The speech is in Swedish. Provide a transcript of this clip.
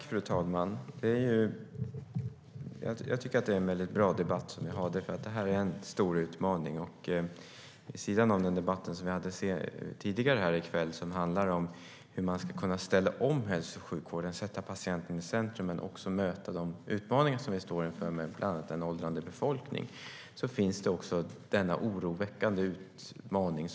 Fru talman! Jag tycker att det är en bra debatt som vi har, för det här är en stor utmaning. Vid sidan av debatten som vi hade tidigare i kväll, som handlade om hur man ska kunna ställa om hälso och sjukvården och sätta patienten i centrum men också möta de utmaningar som vi står inför med bland annat en åldrande befolkning, finns den här oroväckande utmaningen.